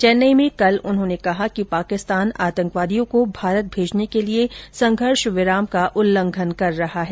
चेन्नई में कल उन्होंने कहा कि पाकिस्तान आतंकवादियों को भारत भेजने के लिए संघर्ष विराम का उल्लंघन कर रहा है